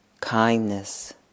Kindness